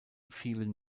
fielen